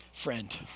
friend